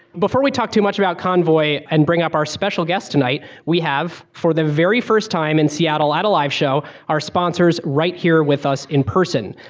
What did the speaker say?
before we talk too much about convoy and bring up our special guest tonight, we have, for the very first time in seattle at a live show, our sponsors right here with us in person.